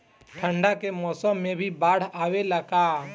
ठंडा के मौसम में भी बाढ़ आवेला का?